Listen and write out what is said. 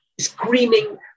screaming